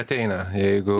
ateina jeigu